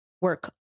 work